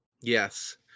Yes